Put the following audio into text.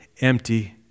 empty